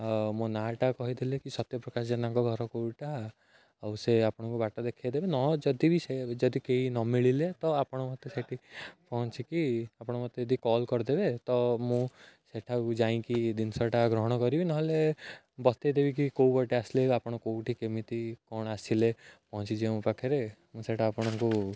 ଆଉ ମୋ ନାଁ'ଟା କହିଦେଲେ କି ସତ୍ୟପ୍ରକାଶ ଜେନାଙ୍କ ଘର କେଉଁଟା ଆଉ ସେ ଆପଣଙ୍କୁ ବାଟ ଦେଖାଇ ଦେବେ ନହେଲେ ଯଦି ବି ସେ ଯଦି କେହି ନ ମିଳିଲେ ତ ଆପଣ ମୋତେ ସେଠି ପହଞ୍ଚିକି ଆପଣ ମୋତେ ଯଦି କଲ୍ କରିଦେବେ ତ ମୁଁ ସେଠାକୁ ଯାଇକି ଜିନିଷଟା ଗ୍ରହଣ କରିବି ନହେଲେ ବତାଇ ଦେବି କି କେଉଁ ପଟେ ଆସିଲେ ଆପଣ କେଉଁଠି କେମିତି କ'ଣ ଆସିଲେ ପହଞ୍ଚିଛି ମୋ ପାଖରେ ମୁଁ ସେଟା ଆପଣଙ୍କୁ